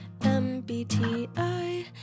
MBTI